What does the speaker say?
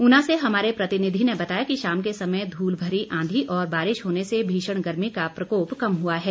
उना से हमारे प्रतिनिधि ने बताया कि शाम के समय धूल भरी आंधी और बारिश होने से भीष्ण गर्मी का प्रकोप कम हुआ है